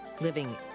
Living